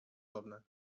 dobne